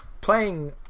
Playing